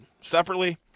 separately